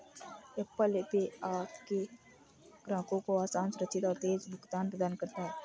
Apple Pay आपके ग्राहकों को आसान, सुरक्षित और तेज़ भुगतान प्रदान करता है